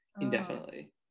indefinitely